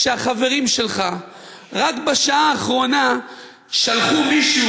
שהחברים שלך רק בשעה האחרונה שלחו מישהו